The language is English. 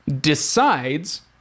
decides